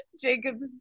Jacob's